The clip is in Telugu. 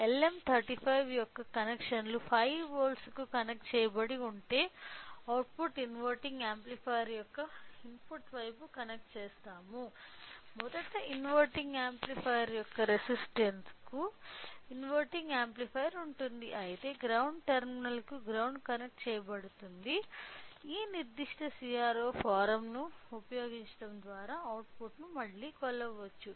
LM35 యొక్క కనెక్షన్లు 5 వోల్ట్లకు కనెక్ట్ చెయ్యబడి ఉంటే అవుట్పుట్ ఇన్వర్టింగ్ యాంప్లిఫైయర్ యొక్క ఇన్పుట్ వైపుకు కనెక్ట్ చేస్తాము మొదట ఇన్వెర్టింగ్ యాంప్లిఫైయర్ యొక్క రెసిస్టన్స్ కు ఇన్వెర్టింగ్ యాంప్లిఫైయర్ ఉంటుంది అయితే గ్రౌండ్ టెర్మినల్ కి గ్రౌండ్ కనెక్ట్ చెయ్యబడుతుంది ఈ నిర్దిష్ట CRO ఫారమ్ను ఉపయోగించడం ద్వారా అవుట్పుట్ను మళ్లీ కొలవవచ్చు